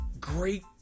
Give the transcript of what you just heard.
great